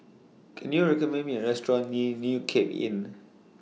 Can YOU recommend Me A Restaurant near New Cape Inn